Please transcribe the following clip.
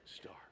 star